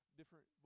different